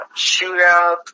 shootout